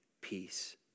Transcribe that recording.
peace